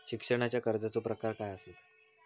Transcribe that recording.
शिक्षणाच्या कर्जाचो प्रकार काय आसत?